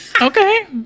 Okay